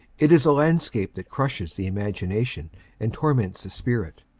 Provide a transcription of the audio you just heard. it is a landscape that crushes the imagination and torments the spirit.